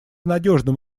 надежным